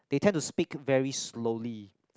they tend to speak very slowly